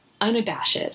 unabashed